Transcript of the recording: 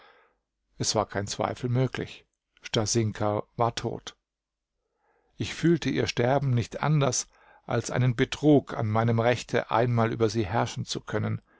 es war kein zweifel möglich stasinka war tot ich fühlte ihr sterben nicht anders als einen betrug an meinem rechte einmal über sie herrschen zu können